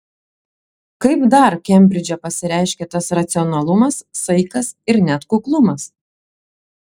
kaip dar kembridže pasireiškia tas racionalumas saikas ir net kuklumas